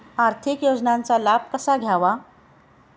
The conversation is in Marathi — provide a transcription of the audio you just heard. आर्थिक योजनांचा लाभ कसा घ्यावा?